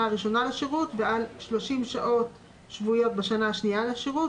הראשונה לשירות ועל 30 שעות שבועיות בשנה השנייה לשירות,